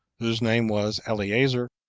whose name was eleazar,